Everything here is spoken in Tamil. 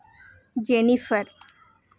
ஜெனிஃபர்